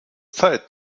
zeit